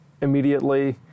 immediately